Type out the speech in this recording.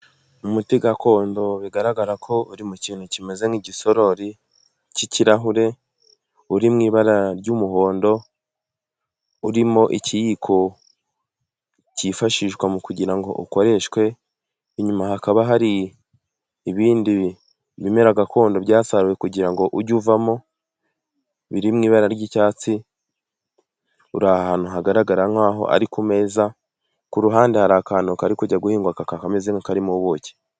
Umuti gakondo bigaragara ko uri mu kintu kimeze nk'igisorori, cy'ikirahure uri mu ibara ry'umuhondo, urimo ikiyiko cyifashishwa mu kugira ngo ukoreshwe, inyuma hakaba hari ibindi ibimera gakondo byasaruwe kugira ngo ujye uvamo biri mu ibara ry'icyatsi, uri ahantu hagaragara nkaho hari ku meza, ku ruhande hari akantu kari kujya guhinguka kameze nk'akarimo ubuki.